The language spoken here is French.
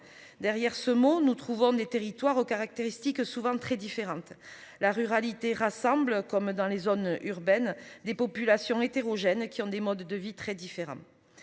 derrière ce mot nous trouvons des territoires aux caractéristiques souvent très différentes. La ruralité rassemble comme dans les zones urbaines, des populations hétérogènes, qui ont des modes de vie très différemment.